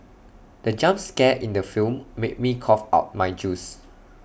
the jump scare in the film made me cough out my juice